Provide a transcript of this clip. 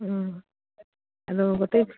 ও গোটেই